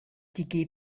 die